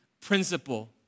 principle